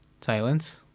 Silence